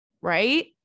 Right